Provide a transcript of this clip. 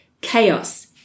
chaos